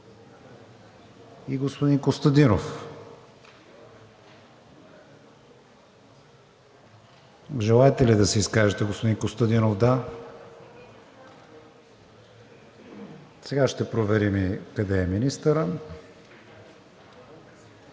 и господин Костадинов. Желаете ли да се изкажете, господин Костадинов? Да. Сега ще проверим и къде е министърът.